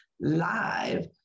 live